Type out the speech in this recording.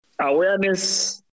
awareness